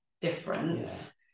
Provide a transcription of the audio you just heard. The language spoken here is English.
difference